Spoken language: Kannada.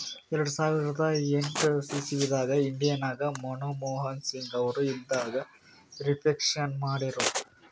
ಎರಡು ಸಾವಿರದ ಎಂಟ್ ಇಸವಿದಾಗ್ ಇಂಡಿಯಾ ನಾಗ್ ಮನಮೋಹನ್ ಸಿಂಗ್ ಅವರು ಇದ್ದಾಗ ರಿಫ್ಲೇಷನ್ ಮಾಡಿರು